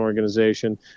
organization